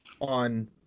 on